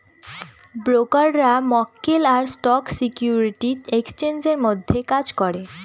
ব্রোকাররা মক্কেল আর স্টক সিকিউরিটি এক্সচেঞ্জের মধ্যে কাজ করে